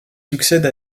succède